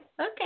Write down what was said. Okay